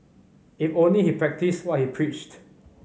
if only he practised what he preached